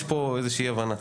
יש פה איזושהי אי-הבנה.